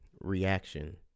reaction